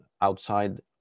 outside